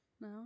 No